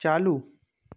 چالو